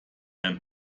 ein